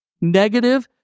Negative